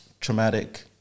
traumatic